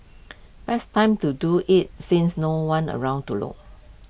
best time to do IT since no one's around to look